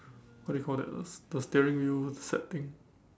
what do you call that the the steering wheel set thing